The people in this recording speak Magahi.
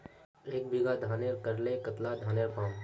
एक बीघा धानेर करले कतला धानेर पाम?